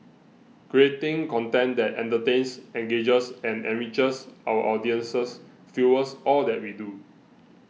creating content that entertains engages and enriches our audiences fuels all that we do